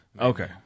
Okay